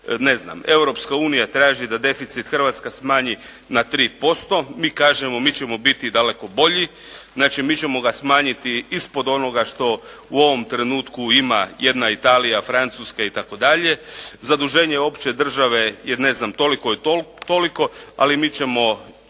Ne znam, Europska unija traži da deficit Hrvatska smanji na 3%. Mi kažemo da ćemo biti daleko bolji, znači mi ćemo ga smanjiti ispod onoga što u ovom trenutku ima jedna Italija, Francuska itd., zaduženje opće države je ne znam toliko i toliko ali mi ćemo